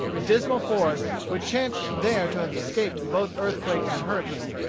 the dismal forest, which chanced there to have escaped both earthquake and hurricane,